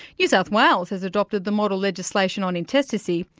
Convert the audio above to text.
new south wales has adopted the model legislation on intestacy,